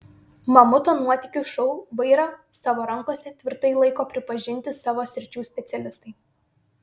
mamuto nuotykių šou vairą savo rankose tvirtai laiko pripažinti savo sričių specialistai